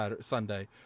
Sunday